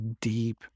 deep